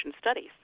studies